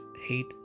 hate